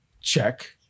Check